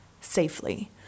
safely